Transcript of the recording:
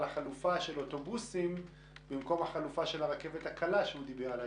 חלופה של אוטובוסים במקום ללכת על החלופה של הרכבת הקלה שהוא דיבר עליה,